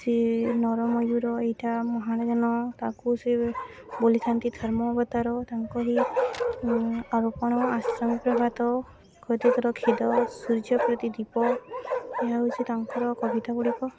ସିଏ ନର ମୟୂର ଏଇଟା ମହାଣଜନ ତାକୁ ସିଏ ବୋଲିଥାନ୍ତି ଧର୍ମବତାର ତାଙ୍କରି ଆରୁପଣ ଆଶ୍ରମୀ ପ୍ରଭାତ ଖଦ୍ୟୋତ ଖୋଦ ସୂର୍ଯ୍ୟ ପ୍ରତି ଦ୍ୱୀପ ଏହା ହଉଚି ତାଙ୍କର କବିତା ଗୁଡ଼ିକ